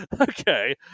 okay